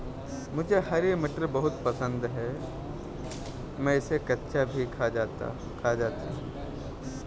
मुझे हरी मटर बहुत पसंद है मैं इसे कच्चा भी खा जाती हूं